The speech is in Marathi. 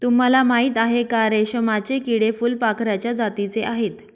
तुम्हाला माहिती आहे का? रेशमाचे किडे फुलपाखराच्या जातीचे आहेत